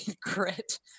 grit